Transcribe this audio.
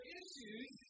issues